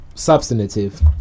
substantive